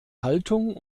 haltung